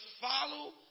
follow